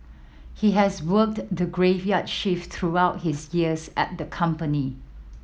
he has worked the graveyard shift throughout his years at the company